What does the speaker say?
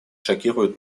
шокируют